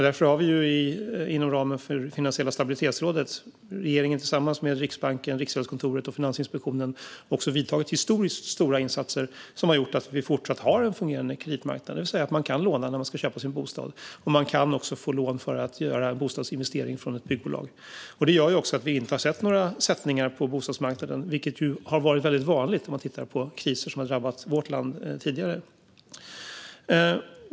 Därför har vi inom ramen för Finansiella stabilitetsrådet - regeringen tillsammans med Riksbanken, Riksgäldskontoret och Finansinspektionen - också vidtagit historiskt stora insatser som har gjort att vi fortsatt har en fungerande kreditmarknad, det vill säga att man kan låna när man ska köpa sin bostad och att byggbolag också kan få lån för att göra bostadsinvesteringar. Det gör också att vi inte har sett några sättningar på bostadsmarknaden, vilket annars har varit väldigt vanligt i kriser som drabbat vårt land tidigare.